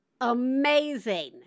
amazing